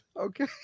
Okay